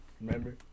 Remember